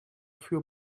für